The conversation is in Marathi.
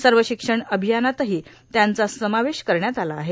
सर्व शिक्षण अभियानातही त्यांचा समावेश करण्यात आला आहे